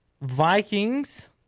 Vikings